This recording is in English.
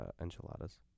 enchiladas